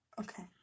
Okay